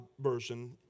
Version